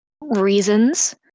reasons